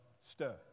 stir